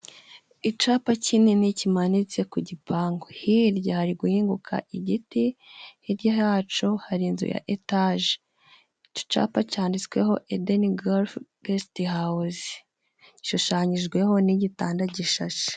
Icapa kinini kimanitse ku gipangu. Hirya hari guhinguka igiti. Hirya yaco hari inzu ya etaje ico capa cyanditsweho edeni golufe gesite hawuze, ishushanyijweho n'igitanda gishashe.